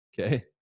Okay